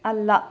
ಅಲ್ಲ